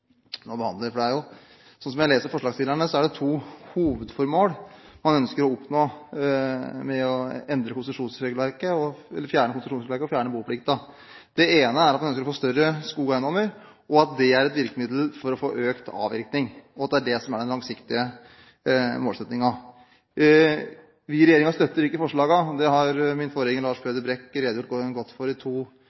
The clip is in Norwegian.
nå behandler. Slik jeg leser forslagsstillerne, er det to hovedformål man ønsker å oppnå ved å fjerne konsesjonskravet og fjerne boplikten. Det ene er at en ønsker å få større skogeiendommer, og at dét er et virkemiddel for å få økt avvirkning – at det er det som er den langsiktige målsettingen. Vi i regjeringen støtter ikke forslagene. Det har min forgjenger, Lars Peder Brekk, redegjort godt for